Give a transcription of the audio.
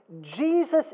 Jesus